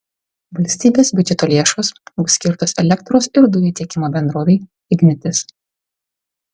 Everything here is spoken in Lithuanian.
valstybės biudžeto lėšos bus skirtos elektros ir dujų tiekimo bendrovei ignitis